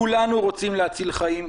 כולנו רוצים להציל חיים,